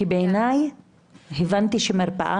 כי אני הבנתי שמרפאה